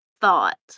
thought